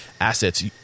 assets